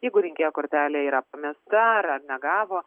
jeigu rinkėjo kortelė yra pamesta ar negavo